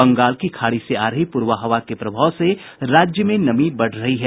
बंगाल की खाड़ी से आ रही पूर्वा हवा के प्रभाव से राज्य में नमी बढ़ रही है